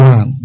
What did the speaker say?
One